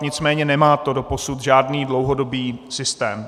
Nicméně nemá to doposud žádný dlouhodobý systém.